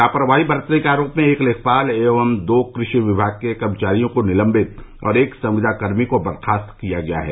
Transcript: लापरवाही बरतने के आरोप में एक तेखपाल एवं दो कृषि विमाग के कर्मचारियों को निलम्बित और एक संविदा कर्मी को बर्खास्त किया गया है